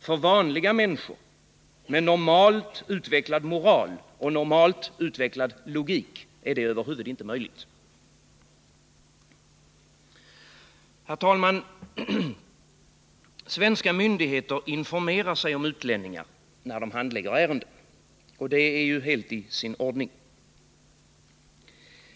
För vanliga människor med normalt utvecklad moral och normalt utvecklad logik är det över huvud taget inte möjligt. Herr talman! Svenska myndigheter informerar sig om utlänningar, när de handlägger ärenden — och det är helt i sin ordning.